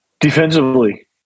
Defensively